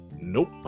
Nope